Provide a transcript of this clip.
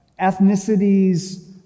ethnicities